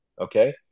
okay